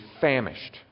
famished